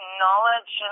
knowledge